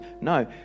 No